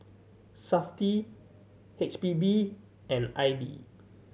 Safti H P B and I B